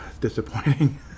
disappointing